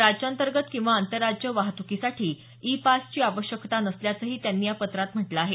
राज्यांतर्गत किंवा आंतरराज्य वाहतुकूसाठी ई पासची आवश्यकता नसल्याचंही त्यांनी या पत्रात म्हटलं आहे